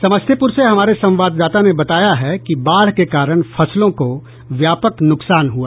समस्तीपुर से हमारे संवाददाता ने बताया है कि बाढ़ के कारण फसलों को व्यापक नुकसान हुआ है